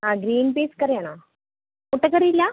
ആ green peas കറിയാണോ മുട്ടക്കറിയില്ല